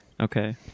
Okay